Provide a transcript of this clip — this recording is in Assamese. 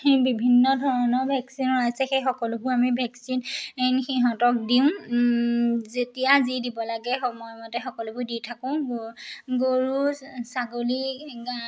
বিভিন্ন ধৰণৰ ভেকচিন ওলাইছে সেই সকলোবোৰ আমি ভেকচিন সিহঁতক দিওঁ যেতিয়া যি দিব লাগে সময়মতে সকলোবোৰ দি থাকোঁ গৰু ছাগলী গা